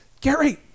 Gary